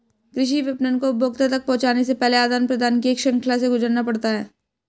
कृषि विपणन को उपभोक्ता तक पहुँचने से पहले आदान प्रदान की एक श्रृंखला से गुजरना पड़ता है